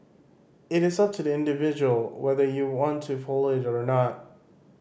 it is up to the individual whether you want to follow it or not